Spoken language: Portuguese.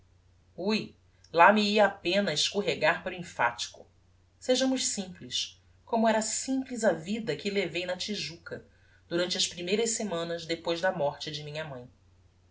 ui lá me ia a penna a escorregar para o emphatico sejamos simples como era simples a vida que levei na tijuca durante as primeiras semanas depois da morte de minha mãe